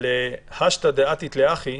אבל השתא דעתיד להכי,